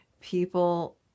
people